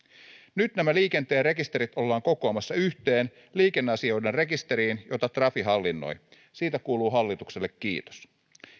nyt nämä liikenteen rekisterit ollaan kokoamassa yhteen liikenneasioiden rekisteriin jota trafi hallinnoi siitä kuuluu hallitukselle kiitos